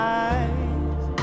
eyes